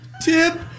tip